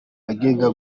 agenga